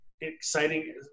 exciting